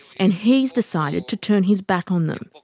and he's decided to turn his back on them.